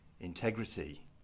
integrity